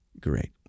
Great